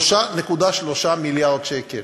3.3 מיליארד שקל.